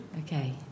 Okay